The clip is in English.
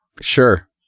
Sure